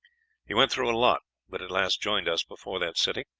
he went through a lot, but at last joined us before that city.